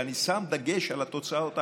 ואני שם דגש על התוצאות האחרונות,